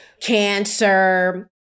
cancer